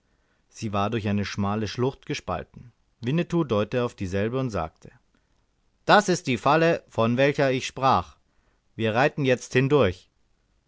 sie war durch eine schmale schlucht gespalten winnetou deutete auf dieselbe und sagte das ist die falle von welcher ich sprach wir reiten jetzt hindurch